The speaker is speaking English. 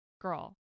Girl